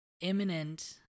imminent